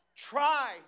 Try